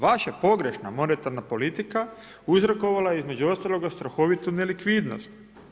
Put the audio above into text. Vaša pogrešna monetarna politika uzrokovala je, između ostaloga strahovitu nelikvidnost.